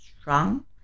strong